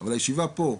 אבל הישיבה פה,